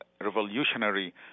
revolutionary